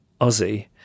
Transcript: Aussie